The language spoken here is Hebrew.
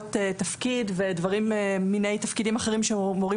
תוספות התפקיד ומיני תפקידים אחרים שמורים